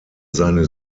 seine